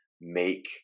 make